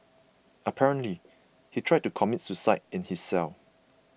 apparently he tried to commit suicide in his cell